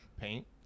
paint